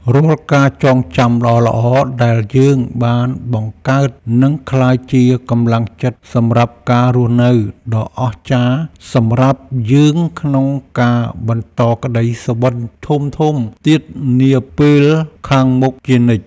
រាល់ការចងចាំល្អៗដែលយើងបានបង្កើតនឹងក្លាយជាកម្លាំងចិត្តសម្រាប់ការរស់នៅដ៏អស្ចារ្យសម្រាប់យើងក្នុងការបន្តក្ដីសុបិនធំៗទៀតនាពេលខាងមុខជានិច្ច។